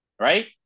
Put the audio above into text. right